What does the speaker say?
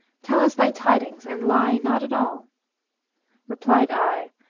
tell us thy tidings and lie not at all replied i,